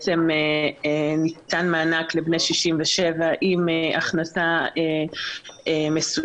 שניתן מענק לבני 67 עם הכנסה מסוימת.